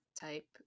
type